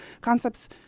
concepts